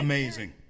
Amazing